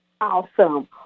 Awesome